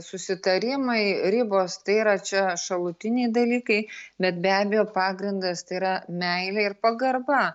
susitarimai ribos tai yra čia šalutiniai dalykai bet be abejo pagrindas tai yra meilė ir pagarba